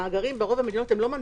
המאגרים ברוב המדינות אינם מנדטוריים.